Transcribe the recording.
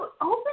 open